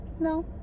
No